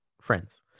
friends